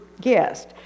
guest